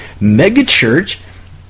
megachurch